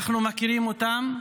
אנחנו מכירים אותם,